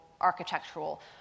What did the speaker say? architectural